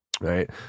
right